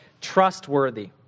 trustworthy